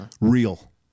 real